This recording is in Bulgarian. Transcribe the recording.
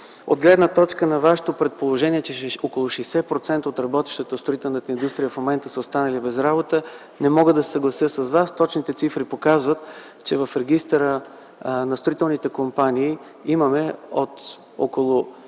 От гледна точка на Вашето предположение, че около 60% от работещите в строителната индустрия в момента са останали без работа – не мога да се съглася с Вас. Точните цифри показват, че в регистъра на строителните компании от около